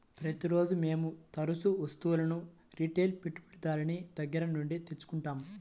ప్రతిరోజూ మేము తరుచూ వస్తువులను రిటైల్ పెట్టుబడిదారుని దగ్గర నుండి తెచ్చుకుంటాం